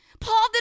Paul